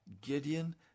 Gideon